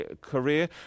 career